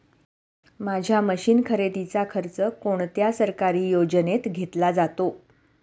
माझ्या मशीन खरेदीचा खर्च कोणत्या सरकारी योजनेत घेतला जातो?